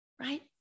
right